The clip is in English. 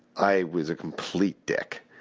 i was a complete dick.